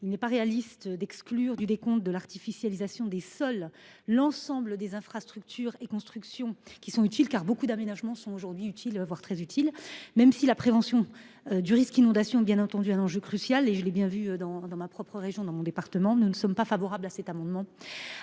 Il n’est pas réaliste d’exclure du décompte d’artificialisation des sols l’ensemble des infrastructures et constructions qui sont utiles, car beaucoup d’aménagements sont utiles, voire très utiles ! Aussi, même si la prévention du risque inondation est bien entendu un enjeu crucial – je l’ai bien vu dans le département dont je suis élue –, je ne suis pas favorable à ces amendements.